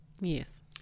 Yes